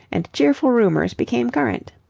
and cheerful rumours became current.